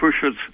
pushes